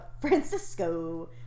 Francisco